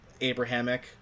abrahamic